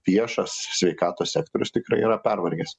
viešas sveikatos sektorius tikrai yra pervargęs